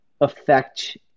affect